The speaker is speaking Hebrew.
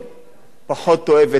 פחות אוהב את החבילות,